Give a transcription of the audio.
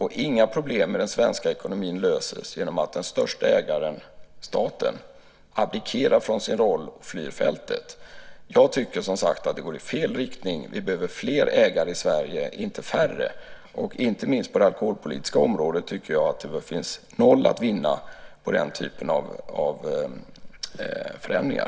Inga problem i den svenska ekonomin löses genom att den störste ägaren, staten, abdikerar från sin roll, flyr fältet. Jag tycker som sagt att det går i fel riktning. Vi behöver fler ägare i Sverige, inte färre. Inte minst på det alkoholpolitiska området tycker jag att det finns noll att vinna på den typen av förändringar.